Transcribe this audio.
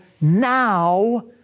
now